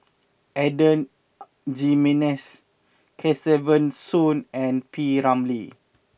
Adan Jimenez Kesavan Soon and P Ramlee